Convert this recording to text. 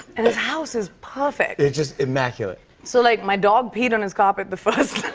and his house is perfect. it's just immaculate. so, like, my dog peed on his carpet the first